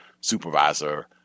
supervisor